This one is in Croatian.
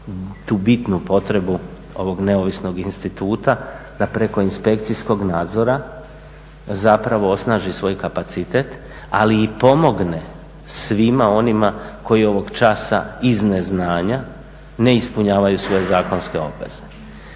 tu bitnu potrebu ovog neovisnog instituta da preko inspekcijskog nadzora zapravo osnaži svoj kapacitet ali i pomogne svima onima koji ovog časa iz neznanja ne ispunjavaju svoje zakonske obveze.